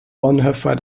bonhoeffer